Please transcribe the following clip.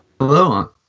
Hello